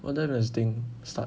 what time does the thing start